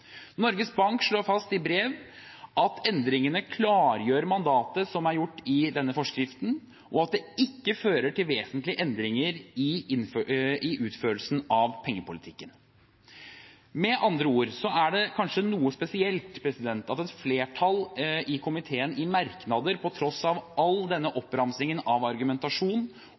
Norges Bank slår i brev fast at endringene klargjør mandatet som er gjort i denne forskriften, og at det ikke fører til vesentlige endringer i utførelsen av pengepolitikken. Med andre ord er det kanskje noe spesielt at et flertall i komiteen i merknader, på tross av all denne oppramsingen av argumentasjon,